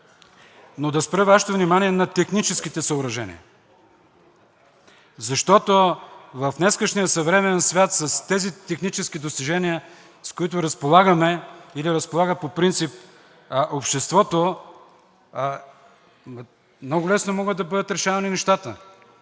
Но да спра Вашето внимание на техническите съоръжения, защото в днешния съвременен свят с тези технически достижения, с които разполагаме, или разполага по принцип обществото, много лесно могат да бъдат решавани нещата.